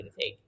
take